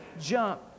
jump